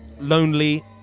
lonely